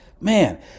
man